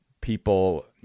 people